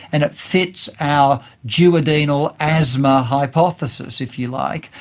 and it fits our duodenal asthma hypothesis, if you like,